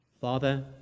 Father